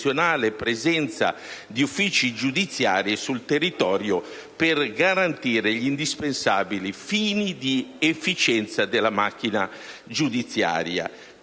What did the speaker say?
presenza di uffici giudiziari sul territorio, per garantire gli indispensabili fini di efficienza della macchina giudiziaria.